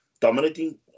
dominating